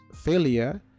Failure